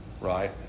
right